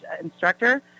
instructor